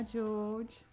George